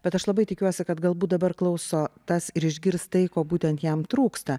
bet aš labai tikiuosi kad galbūt dabar klauso tas ir išgirs tai ko būtent jam trūksta